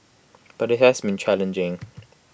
but IT has been challenging